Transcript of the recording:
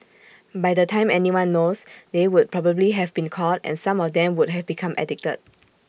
by the time anyone knows they would probably have been caught and some of them would have become addicted